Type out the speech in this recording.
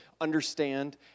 understand